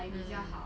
mm